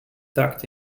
tucked